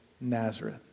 Nazareth